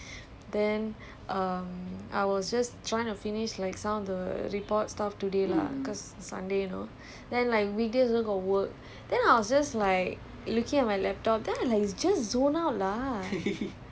then I was like thinking like wednesday confirmed the whole day not gonna do anything then um I was just trying to finish like some of the report stuff today lah cause it's a sunday you know then like weekdays also got work